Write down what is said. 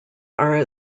are